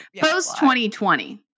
Post-2020